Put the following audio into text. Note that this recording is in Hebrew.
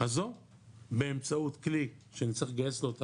הזאת באמצעות כלי שנצטרך לגייס לו את